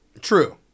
True